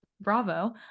bravo